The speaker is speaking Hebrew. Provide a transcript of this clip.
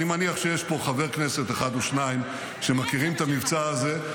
אני מניח שיש פה חבר כנסת אחד או שניים שמכירים את המבצע הזה.